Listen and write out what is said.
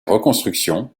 reconstruction